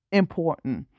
important